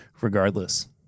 Regardless